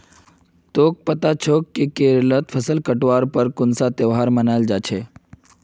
तोक पता छोक कि केरलत फसल काटवार पर कुन्सा त्योहार मनाल जा छे